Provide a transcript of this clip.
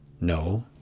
no